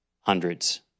Hundreds